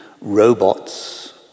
robots